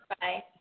Bye